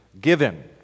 given